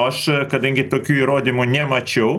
aš kadangi tokių įrodymų nemačiau